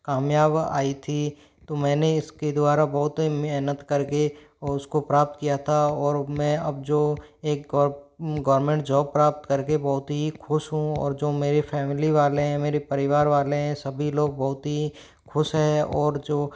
कामयाब आई थी तो मैंने इसके द्वारा बहुत मेहनत कर के उसको प्राप्त किया था और मैं अब जो एक एक गवर्नमेंट जॉब प्राप्त कर के बहुत ही ख़ुश हूँ और जो मेरी फैमिली वाले हैं मेरे परिवार वाले हैं सभी लोग बहुत ही ख़ुश हैं और जो